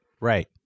Right